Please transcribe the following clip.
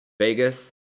Vegas